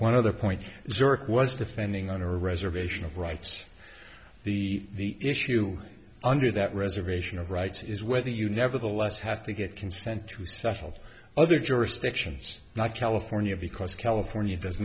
one other point zero was defending on a reservation of rights the issue under that reservation of rights is whether you nevertheless have to get consent to settle other jurisdictions not california because california does